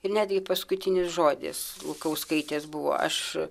ir netgi paskutinis žodis lukauskaitės buvo aš